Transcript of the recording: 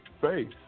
faith